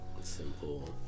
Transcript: simple